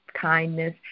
kindness